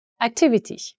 activity